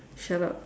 shut up